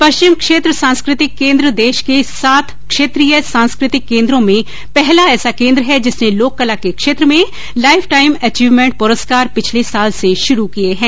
पश्चिम क्षेत्र सांस्कृतिक केन्द्र देश के सात क्षेत्रीय सांस्कृतिक केन्द्रों में पहला ऐसा केन्द्र है जिसने लोककला के क्षेत्र में लाइफ टाइम अचीवमेन्ट पुरस्कार पिछले साल से शुरू किये है